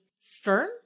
stern